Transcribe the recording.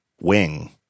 Wing